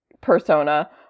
persona